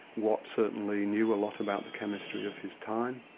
watt certainly knew a lot about the chemistry of his time.